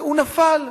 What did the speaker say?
הוא נפל,